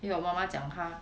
因为我妈妈讲他